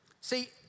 See